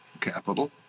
capital